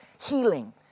healing